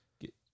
get